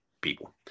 people